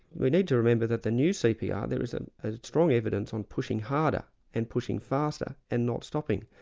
we need to remember that the new cpr, there was ah ah strong evidence on pushing harder and pushing faster and not stopping.